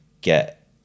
get